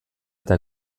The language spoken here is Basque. eta